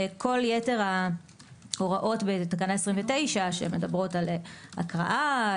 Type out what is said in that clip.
כל יתר ההוראות בתקנה 29 שמדברות על הקראה,